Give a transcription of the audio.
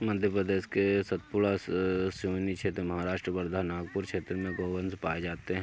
मध्य प्रदेश के सतपुड़ा, सिवनी क्षेत्र, महाराष्ट्र वर्धा, नागपुर क्षेत्र में गोवंश पाये जाते हैं